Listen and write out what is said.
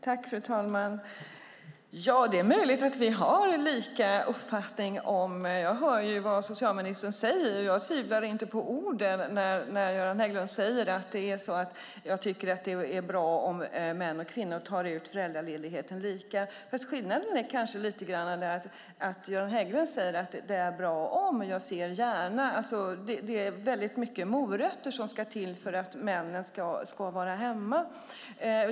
Fru talman! Ja, det är möjligt att vi har lika uppfattning. Jag hör ju vad socialministern säger. Och jag tvivlar inte på orden när han säger att han tycker att det är bra om män och kvinnor tar ut föräldraledigheten lika. Fast skillnaden kanske är lite grann att Göran Hägglund säger att det är bra "om" de gör det och att han gärna ser det. Det är alltså väldigt mycket morötter som ska till för att männen ska vara hemma.